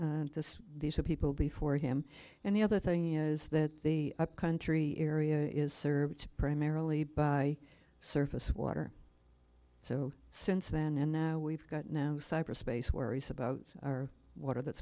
these are people before him and the other thing is that the country area is served primarily by surface water so since then and now we've got now cyberspace worries about our water that's